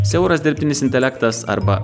siauras dirbtinis intelektas arba